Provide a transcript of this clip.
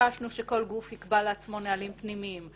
שכל גוף יקבע לעצמו נהלים פנימיים.